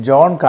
John